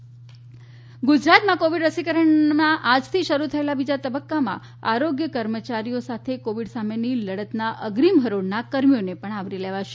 Covid રસીકરણ ગુજરાતમાં Covid રસીકરણના આજથી શરૂ થયેલા બીજા તબક્કામાં આરોગ્ય કર્મીઓ સાથે કોવીડ સામેની લડતના અગ્રીમ હરોળના કર્મીઓને આવરી લેવાશે